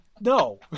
No